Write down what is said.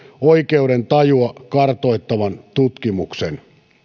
oikeudentajua kartoittavan tutkimuksen